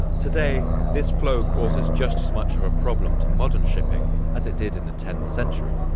today, this flow causes just as much of a problem to modern shipping as it did in the tenth century,